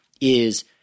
is-